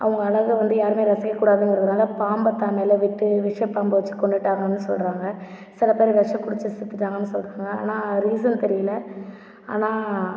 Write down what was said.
அவங்க அழகை வந்து யாருமே ரசிக்க கூடாதுங்கிறதுனால் பாம்பை தன்னால் விட்டு விஷ பாம்பை வச்சு கொன்னுட்டாங்கன்னு சொல்கிறாங்க சில பேரு விஷம் குடித்து செத்துட்டாங்கன்னு சொல்கிறாங்க ஆனால் ரீசன் தெரியல ஆனால்